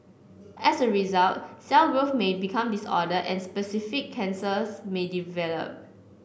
as a result cell growth may become disordered and specific cancers may develop